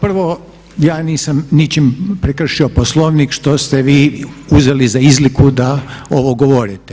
Kao prvo, ja nisam ničim prekršio Poslovnik što ste vi uzeli za izliku da ovo govorite.